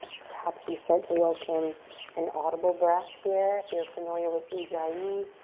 perhaps you start to welcome an audible breath here. if you're familiar with ujjayi,